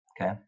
okay